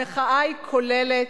המחאה היא כוללת,